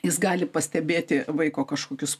jis gali pastebėti vaiko kažkokius